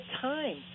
time